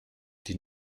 die